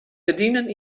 gerdinen